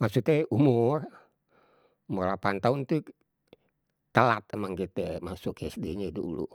Maksudnye umur, umur 8 tahun tuh telat emang kita masuk SD nye dulu.